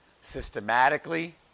systematically